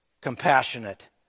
compassionate